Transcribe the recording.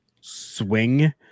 swing